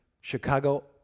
Chicago